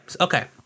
okay